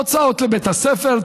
הוצאות לבית הספר,